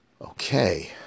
Okay